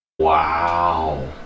Wow